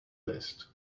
list